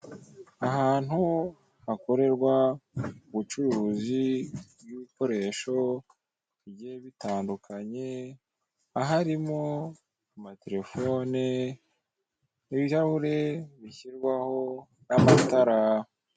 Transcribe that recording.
Ahantu hakorerwa ubucuruzi bw'ibikoresho bigiye bitandukanye aharirimo amatelefone, ibirahure bishyirwaho n'amatara.